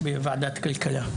בוועדת הכלכלה.